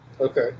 Okay